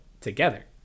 together